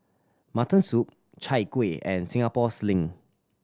mutton soup Chai Kueh and Singapore Sling